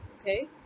okay